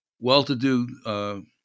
well-to-do